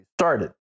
started